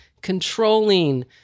controlling